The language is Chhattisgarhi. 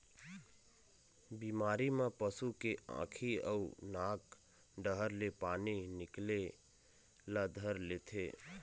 बिमारी म पशु के आँखी अउ नाक डहर ले पानी निकले ल धर लेथे